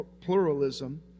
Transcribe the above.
pluralism